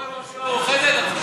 לא ברשימה המאוחדת?